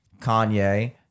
Kanye